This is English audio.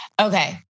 Okay